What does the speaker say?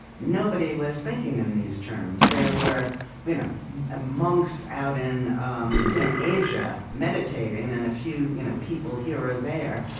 nobody was thinking in these terms. there were you know ah monks out in um in asia meditating, and a few you know people here or there,